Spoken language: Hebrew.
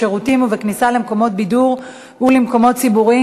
בשירותים ובכניסה למקומות בידור ולמקומות ציבוריים